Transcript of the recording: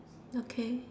okay